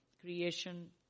creation